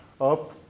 up